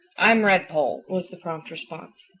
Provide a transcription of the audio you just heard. i'm redpoll, was the prompt response.